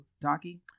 Donkey